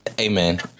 Amen